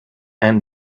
and